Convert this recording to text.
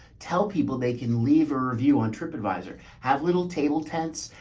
tell people they can leave a review on tripadvisor, have little table tents,